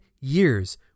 years